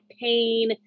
pain